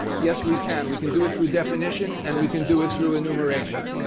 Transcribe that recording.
yes, we can. we can do it through definition, and we can do it through enumeration.